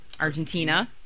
Argentina